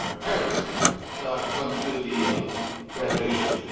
parents come to the graduation.